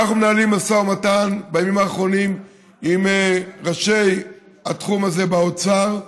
אנחנו מנהלים משא ומתן בימים האחרונים עם ראשי התחום הזה באוצר,